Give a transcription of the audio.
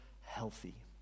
healthy